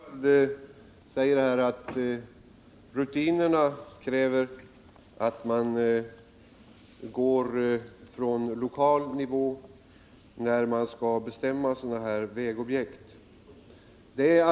Herr talman! Rune Torwald säger att rutinerna kräver att besluten fattas på lokal nivå, när ställning tas till olika vägprojekt.